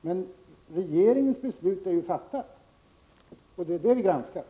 Men regeringens beslut är fattat. Det är det beslutet vi granskar.